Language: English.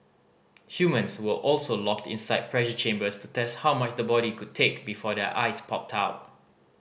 humans were also locked inside pressure chambers to test how much the body could take before their eyes popped out